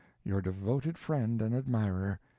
your devoted friend and admirer,